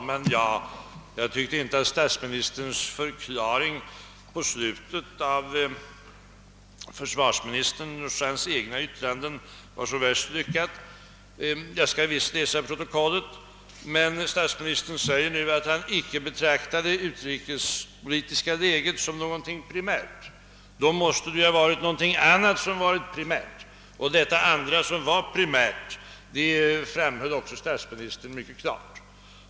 Herr talman! Jag tyckte inte att statsministerns förklaring av försvarsministerns och sina egna yttranden var så värst lyckad, men jag skall visst läsa protokollet. Statsministern säger emllertid nu att han icke betraktar det utrikespolitiska läget som någonting primärt. Då måste någonting annat ha varit primärt, och detta andra, som var primärt, framhöll också statsministern mycket klart.